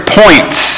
points